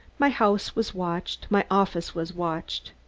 my house was watched my office was watched.